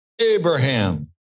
Abraham